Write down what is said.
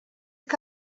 que